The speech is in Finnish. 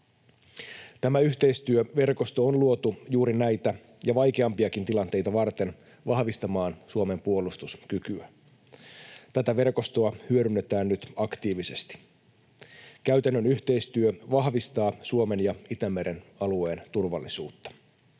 Tämä yhteistyöverkosto on luotu juuri näitä ja vaikeampiakin tilanteita varten vahvistamaan Suomen puolustuskykyä. Tätä verkostoa hyödynnetään nyt aktiivisesti. Käytännön yhteistyö vahvistaa Suomen ja Itämeren alueen turvallisuutta.